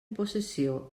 possessió